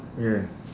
ya